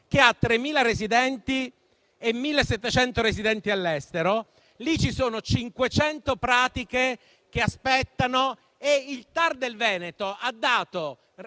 che ha 3.000 residenti e 1.700 residenti all'estero, dove ci sono 500 pratiche che aspettano e il TAR del Veneto ha dato